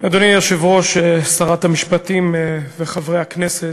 אדוני היושב-ראש, שרת המשפטים וחברי הכנסת,